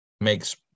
makes